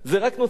והוא צודק.